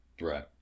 right